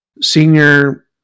senior